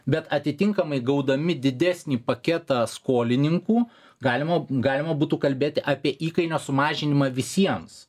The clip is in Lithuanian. bet atitinkamai gaudami didesnį paketą skolininkų galimo galima būtų kalbėti apie įkainių sumažinimą visiems